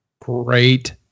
Great